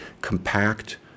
compact